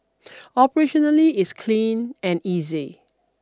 operationally it's clean and easy